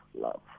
love